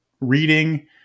reading